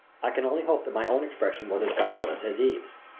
i can only hope that my own expression was as guileless as eve's.